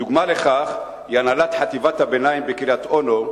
דוגמה לכך היא הנהלת חטיבת הביניים בקריית-אונו,